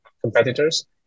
competitors